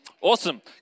Awesome